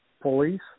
police